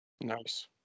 Nice